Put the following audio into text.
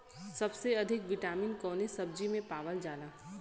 सबसे अधिक विटामिन कवने सब्जी में पावल जाला?